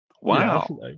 Wow